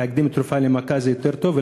להקדים תרופה למכה זה יותר טוב.